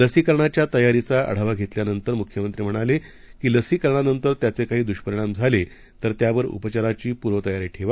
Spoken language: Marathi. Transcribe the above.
लसीकरणाच्या तयारीचा आढावा घेतल्यानंतर मुख्यमंत्री म्हणाले की लसीकरणानंतर त्याचे काही दुष्परिणाम झाले तर त्यावर उपचाराची पूर्वतयारी ठेवा